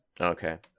Okay